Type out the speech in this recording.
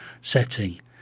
setting